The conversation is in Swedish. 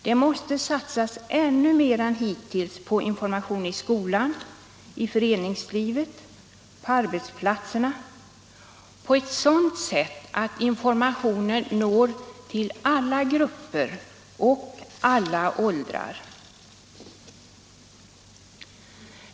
Det måste satsas ännu mer än hittills på information i skolan, i föreningslivet och på arbetsplatserna på ett sådant sätt att informationen når ut till alla grupper och alla åldrar.